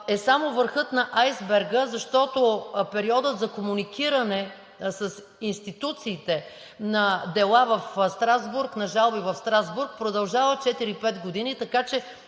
е само върхът на айсберга, защото периодът за комуникиране с институциите на дела в Страсбург, на жалби в Страсбург продължава четири-пет години, така че